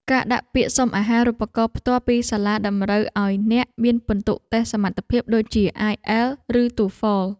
ការដាក់ពាក្យសុំអាហារូបករណ៍ផ្ទាល់ពីសាលាតម្រូវឱ្យអ្នកមានពិន្ទុតេស្តសមត្ថភាពដូចជាអាយអែលឬតូហ្វល។